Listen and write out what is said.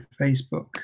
Facebook